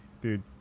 dude